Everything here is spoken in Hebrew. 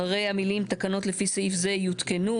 אחרי המילים: "תקנות לפי סעיף זה יותקנו",